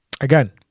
again